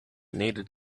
needed